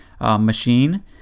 Machine